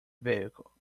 vehicle